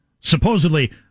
supposedly